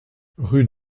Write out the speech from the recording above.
rue